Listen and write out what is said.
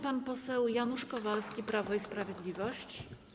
Pan poseł Janusz Kowalski, Prawo i Sprawiedliwość.